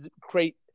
create